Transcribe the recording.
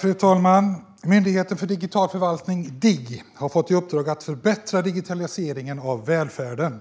Fru talman! Myndigheten för digital förvaltning, Digg, har fått i uppdrag att förbättra digitaliseringen av välfärden.